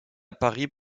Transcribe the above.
paris